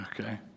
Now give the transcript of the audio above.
okay